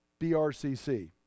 BRCC